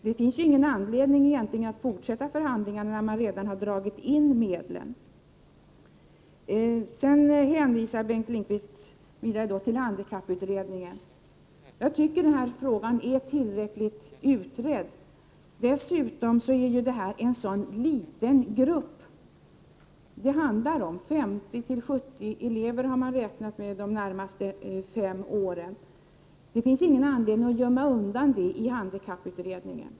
Det finns egentligen inte någon anledning att fortsätta förhandlingarna när medlen redan har dragits in. Bengt Lindqvist hänvisar till handikapputredningen. Jag tycker dock att frågan redan är tillräckligt utredd. Dessutom handlar det om en liten grupp — ca 50-70 elever — under de närmaste fem åren. Det finns således ingen anledning att gömma undan detta i handikapputredningen.